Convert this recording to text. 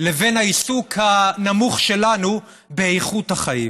לבין העיסוק הנמוך שלנו באיכות החיים.